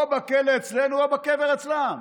או בכלא אצלנו או בקבר אצלם.